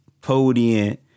podium